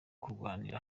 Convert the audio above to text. kurwanira